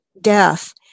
death